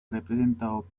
representado